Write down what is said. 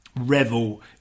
revel